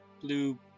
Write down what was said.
blue